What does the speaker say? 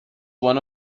one